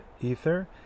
Ether